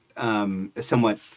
somewhat